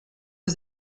aux